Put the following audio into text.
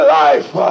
life